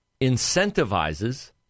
incentivizes